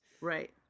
right